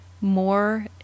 more